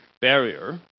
barrier